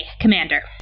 Commander